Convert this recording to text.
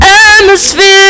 atmosphere